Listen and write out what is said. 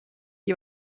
die